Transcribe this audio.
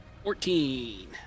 Fourteen